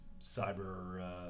cyber